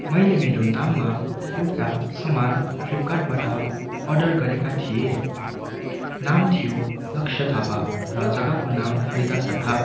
मैले मेरो नाममा एउटा सामान फ्लिपकार्टबाट अर्डर गरेका थिएँ नाम थियो लक्ष्य थापा र जग्गाको नाम हरिदासहट्टा